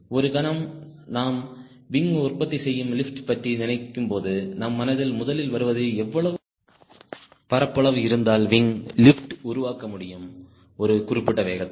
ஒரு கணம் நாம் விங் உற்பத்தி செய்யும் லிப்ட் பற்றி நினைக்கும் போது நம் மனதில் முதலில் வருவது எவ்வளவு பரப்பளவு இருந்தால் விங் லிப்ட் உருவாக்கமுடியும் ஒரு குறிப்பிட்ட வேகத்தில்